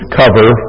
cover